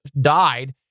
died